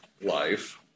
life